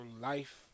life